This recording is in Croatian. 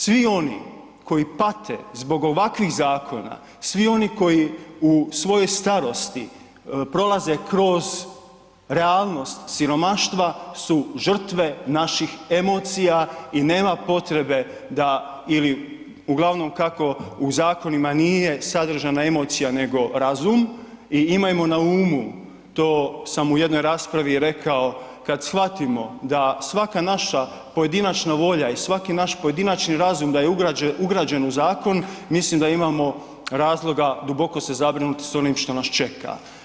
Svi oni koji pate zbog ovakvih zakona, svi oni koji u svojoj starosti prolaze kroz realnost siromaštva su žrtve naših emocija i nema potrebe da ili, uglavnom kako u zakonima nije sadržana emocija nego razum i imajmo na umu, to sam u jednoj raspravi i rekao, kada shvatimo da svaka naša pojedinačna volja i svaki naš pojedinačni razum da je ugrađen u zakon mislim da imamo razloga duboko se zabrinuti s onim što nas čeka.